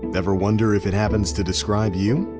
ever wonder if it happens to describe you?